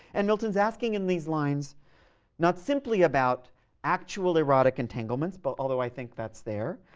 and milton's asking in these lines not simply about actual erotic entanglements but although i think that's there,